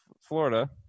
Florida